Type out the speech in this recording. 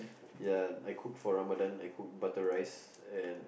ya I cooked for Ramadan I cooked butter rice and